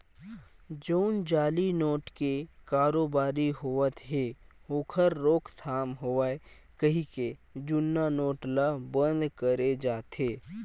जउन जाली नोट के कारोबारी होवत हे ओखर रोकथाम होवय कहिके जुन्ना नोट ल बंद करे जाथे